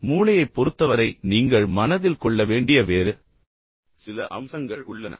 இப்போது மூளையைப் பொறுத்தவரை நீங்கள் மனதில் கொள்ள வேண்டிய வேறு சில அம்சங்கள் உள்ளன